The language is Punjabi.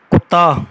ਕੁੱਤਾ